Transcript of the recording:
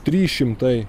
trys šimtai